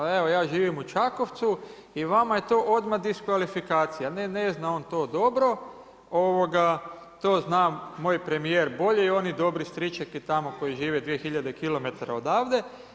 Ali evo ja živim u Čakovcu i vama je to odmah diskvalifikacija, ne, ne zna on to dobro, to zna moj premijer bolje i oni dobri stričeki tamo koji žive 2000 km odavde.